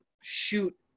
shoot